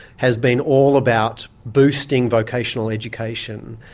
has been all about boosting vocational education,